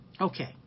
Okay